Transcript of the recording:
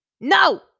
No